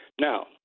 Now